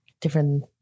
different